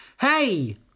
Hey